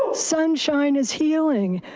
sunshine is healing.